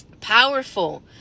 Powerful